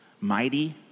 mighty